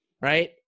right